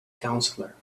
counselor